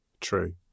true